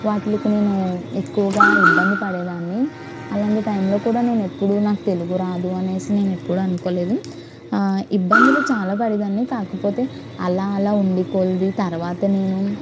వాటికి నేను ఎక్కువగా ఇబ్బంది పడే దాన్ని అలాంటి టైమ్లో కూడా నేను ఎప్పుడు నాకు తెలుగు రాదు అనేసి నేను ఎప్పుడు అనుకోలేదు ఇబ్బందులు చాలా పడేదాన్ని కాకపోతే అలా అలా ఉండే కొద్దీ తర్వాత నేను